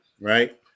right